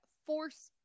Force